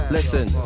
Listen